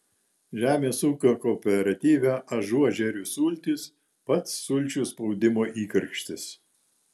žemės ūkio kooperatyve ažuožerių sultys pats sulčių spaudimo įkarštis